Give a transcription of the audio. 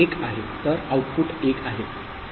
तर आउटपुट 1 आहे